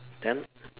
then